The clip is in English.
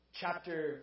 chapter